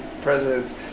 presidents